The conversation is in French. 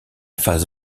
face